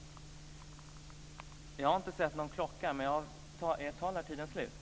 Med detta vill jag yrka bifall till motion Ub314